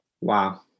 Wow